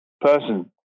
person